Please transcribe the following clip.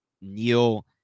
Neil